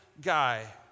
guy